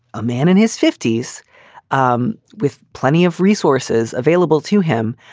a man in his fifty s um with plenty of resources available to him.